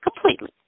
Completely